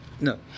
No